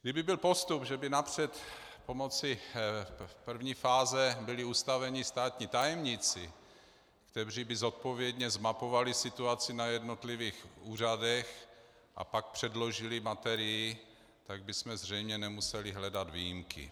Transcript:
Kdyby byl postup, že by napřed pomocí první fáze byli ustaveni státní tajemníci, kteří by zodpovědně zmapovali situaci na jednotlivých úřadech a pak předložili materii, tak bychom zřejmě nemuseli hledat výjimky.